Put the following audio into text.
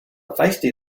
feisty